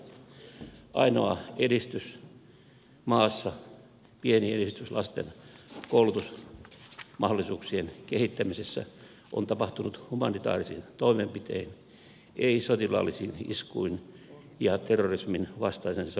ainoa edistys maassa pieni edistys lasten koulutusmahdollisuuksien kehittämisessä on tapahtunut humanitaarisin toimenpitein ei sotilaallisin iskuin ja terrorisminvastaisen sodan keinoin